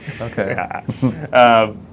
Okay